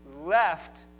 left